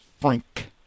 Frank